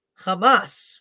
Hamas